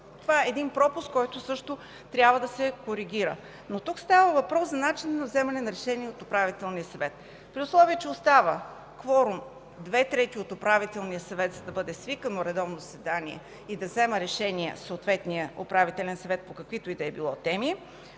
Това е един пропуск, който също трябва да се коригира. Но тук става въпрос за начина на вземане на решение от Управителния съвет. При условие че остава кворум две трети от Управителния съвет, за да бъде свикано редовно заседание и да вземе решение съответният Управителен съвет по каквито и да било теми,